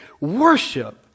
worship